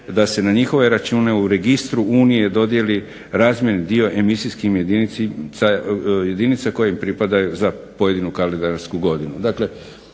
da se na njihove račune u registru Unije dodijeli razmjerni dio emisijskih jedinica kojem pripadaju za pojedinu kalendarsku godinu.